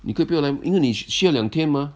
你可不要来因为你需要两天 mah